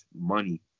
money